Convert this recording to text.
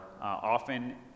often